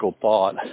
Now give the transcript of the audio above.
thought